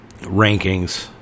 rankings